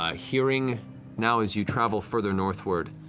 ah hearing now as you travel further northward,